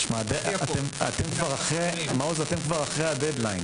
תשמע, אתם כבר אחרי הדד ליין.